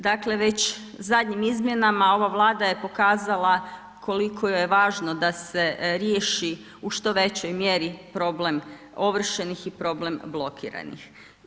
Dakle već zadnjim izmjenama ova Vlada je pokazala koliko je važno da se riješi u što većoj mjeri problem ovršenih i problem blokiranih.